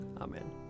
Amen